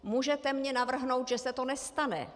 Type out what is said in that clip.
Můžete mi navrhnout, že se to nestane.